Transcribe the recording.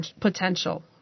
potential